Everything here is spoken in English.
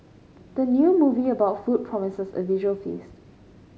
the new movie about food promises a visual feast